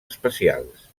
especials